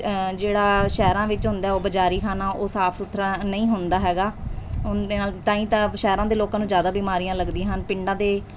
ਜਿਹੜਾ ਸ਼ਹਿਰਾਂ ਵਿੱਚ ਹੁੰਦਾ ਉਹ ਬਜ਼ਾਰੀ ਖਾਣਾ ਉਹ ਸਾਫ਼ ਸੁਥਰਾ ਨਹੀਂ ਹੁੰਦਾ ਹੈਗਾ ਉਹਦੇ ਨਾਲ ਤਾਂ ਹੀ ਤਾਂ ਸ਼ਹਿਰਾਂ ਦੇ ਲੋਕਾਂ ਨੂੰ ਜ਼ਿਆਦਾ ਬਿਮਾਰੀਆਂ ਲੱਗਦੀਆਂ ਹਨ ਪਿੰਡਾਂ ਦੇ